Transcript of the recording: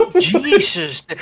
Jesus